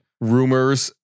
rumors